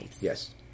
Yes